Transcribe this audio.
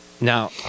now